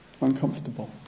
uncomfortable